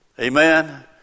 Amen